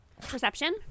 Perception